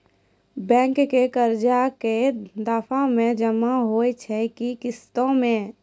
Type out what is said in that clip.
Bank के कर्जा ऐकै दफ़ा मे जमा होय छै कि किस्तो मे?